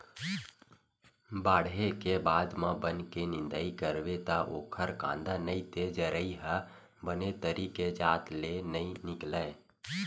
बाड़हे के बाद म बन के निंदई करबे त ओखर कांदा नइ ते जरई ह बने तरी के जात ले नइ निकलय